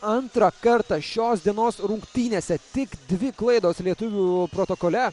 antrą kartą šios dienos rungtynėse tik dvi klaidos lietuvių protokole